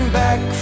back